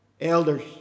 elders